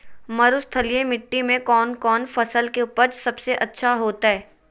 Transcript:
मरुस्थलीय मिट्टी मैं कौन फसल के उपज सबसे अच्छा होतय?